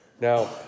Now